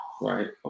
right